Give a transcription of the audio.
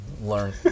learn